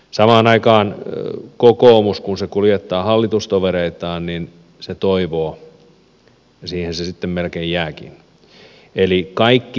samaan aikaan kokoomus kun se kuljettaa hallitustovereitaan toivoo ja siihen se sitten melkein jääkin